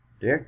dick